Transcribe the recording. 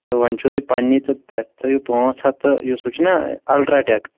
تہٕ وۅنۍ چھِو تُہۍ پَنٕنی تہٕ تتھ تھٲوِو پأنٛژ ہتھ تہٕ یُس ہُہ چھُنا اَلٹرا ٹیٚک